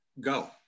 go